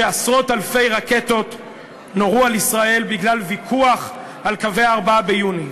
שעשרות-אלפי רקטות נורו על ישראל בגלל ויכוח על קווי 4 ביוני?